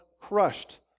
crushed